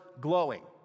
glowing